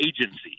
agency